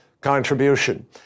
contribution